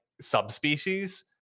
subspecies